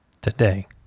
today